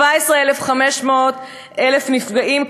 17,500 ש"ח נפגעים,